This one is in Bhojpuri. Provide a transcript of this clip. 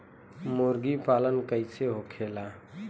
मुर्गी पालन कैसे होखेला?